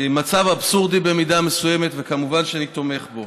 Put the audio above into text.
מצב אבסורדי במידה מסוימת, וכמובן שאני תומך בו.